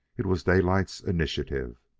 it was daylight's initiative.